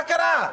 מה קרה?